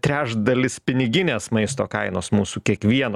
trečdalis piniginės maisto kainos mūsų kiekvieno